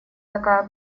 такая